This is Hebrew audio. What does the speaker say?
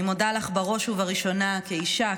אני מודה לך בראש ובראשונה כאישה,